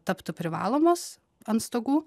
taptų privalomos ant stogų